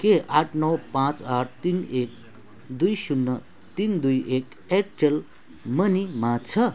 के आठ नौ पाँच आठ तिन एक दुई शून्य तिन दुई एक एयरटेल मनीमा छ